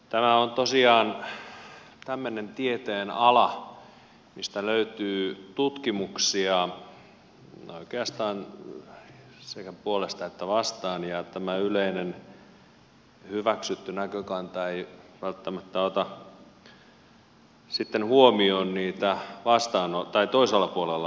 tämä on tosiaan tämmöinen tieteenala mistä löytyy tutkimuksia oikeastaan sekä puolesta että vastaan ja tämä yleinen hyväksytty näkökanta ei välttämättä ota sitten huomioon niitä toisella puolella olevia tutkimuksia